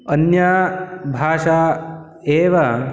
अन्या भाषा एव